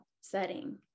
setting